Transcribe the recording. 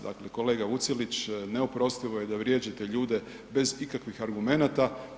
Dakle, kolega Vucelić, neoprostivo je da vrijeđate ljude bez ikakvih argumenata.